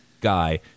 guy